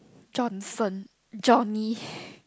Johnson Johnny